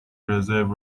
رزرو